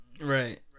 Right